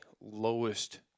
lowest –